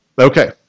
Okay